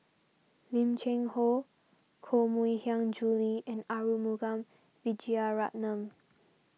Lim Cheng Hoe Koh Mui Hiang Julie and Arumugam Vijiaratnam